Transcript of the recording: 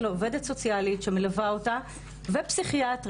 העובד סוציאלית שמלווה אותה ופסיכיאטרית,